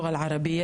הערבית)